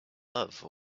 love